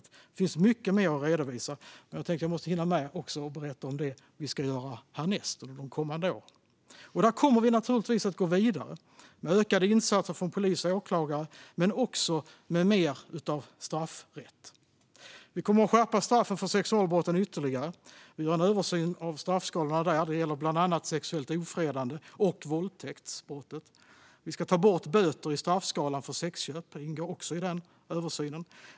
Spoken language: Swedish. Det finns mycket mer att redovisa, men jag måste ju också hinna med att berätta om det vi ska göra härnäst under de kommande åren. Vi kommer naturligtvis att gå vidare med ökade insatser från polis och åklagare men också med mer straffrätt. Vi kommer att skärpa straffen för sexualbrott ytterligare. Vi gör en översyn av straffskalorna där. Det gäller bland annat sexuellt ofredande och våldtäkt. Vi ska ta bort böter från straffskalan för sexköp. Det ingår också i översynen.